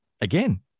again